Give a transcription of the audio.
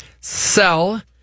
sell